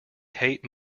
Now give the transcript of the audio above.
hate